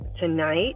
tonight